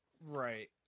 Right